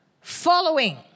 following